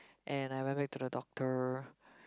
and I went back to the doctor